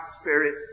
spirit